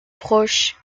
proche